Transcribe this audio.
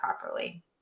properly